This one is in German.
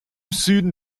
süden